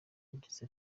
yagize